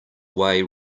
way